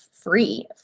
free